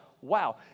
wow